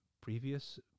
previous